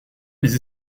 les